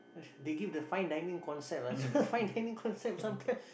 they give the fine dining concept ah fine dining concept sometimes